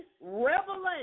revelation